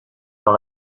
dans